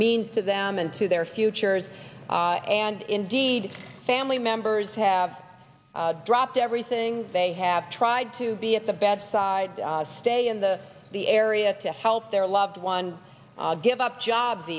means to them and to their futures and indeed family members have dropped everything they have tried to be at the bedside stay in the the area to help their loved one give up jobs